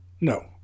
no